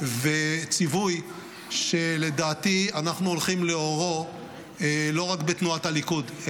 וציווי שלדעתי אנחנו הולכים לאורו לא רק בתנועת הליכוד,